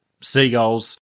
Seagulls